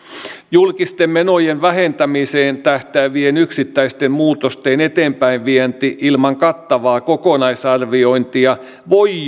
julkisten menojen vähentämiseen tähtäävien yksittäisten muutosten eteenpäinvienti ilman kattavaa kokonaisarviointia voi